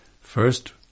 first